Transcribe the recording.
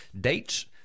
Dates